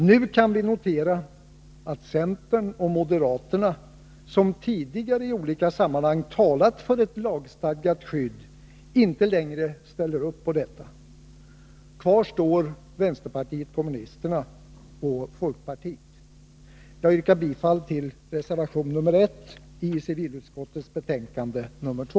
Nu kan vi notera att centern och moderaterna som tidigare i olika sammanhang talat för ett lagstadgat skydd inte längre ställer upp på detta. Kvar står nu vänsterpartiet kommunisterna och folkpartiet. Jag yrkar bifall till reservation 1 i civilutskottets betänkande 2.